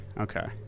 Okay